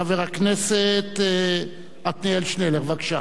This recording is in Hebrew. חבר הכנסת עתניאל שנלר, בבקשה.